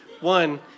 one